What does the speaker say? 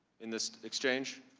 in this exchange?